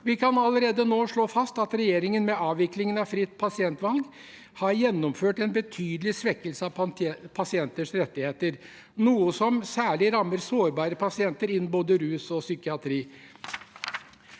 Vi kan allerede nå slå fast at regjeringen med avviklingen av fritt behandlingsvalg har gjennomført en betydelig svekkelse av pasienters rettigheter, noe som særlig rammer sår bare pasienter innen både rus og psykiatri.